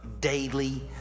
daily